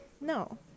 No